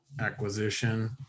acquisition